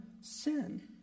sin